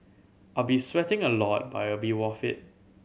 I'll be sweating a lot but it'll be worth it